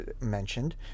mentioned